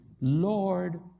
Lord